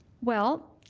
well,